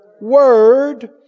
word